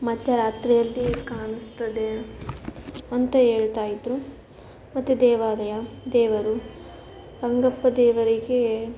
ಮಧ್ಯರಾತ್ರಿಯಲ್ಲಿ ಕಾಣಿಸ್ತದೆ ಅಂತ ಹೇಳ್ತಾ ಇದ್ದರು ಮತ್ತು ದೇವಾಲಯ ದೇವರು ರಂಗಪ್ಪ ದೇವರಿಗೆ